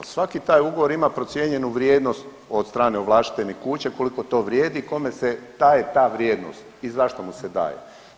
Svaki taj ugovor ima procijenjenu vrijednost od strane ovlaštenih kuća, koliko to vrijedi, kome se ta i ta vrijednost i zašto mu se daje.